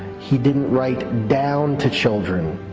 he didn't write down to children,